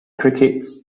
crickets